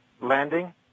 landing